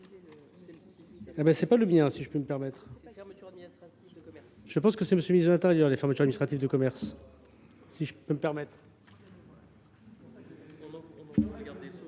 C'est pas le bien, si je peux me permettre. Je pense que c'est monsieur le ministre de l'Intérieur, les fermetures administratives de commerce, si je peux me permettre.